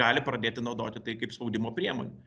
gali pradėti naudoti tai kaip spaudimo priemonę